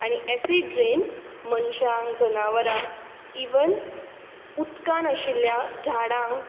आनी acid rain मनशांक जनावरांक ईवन उदकांत आशिल्ल्या झाडांक